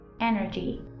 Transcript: energy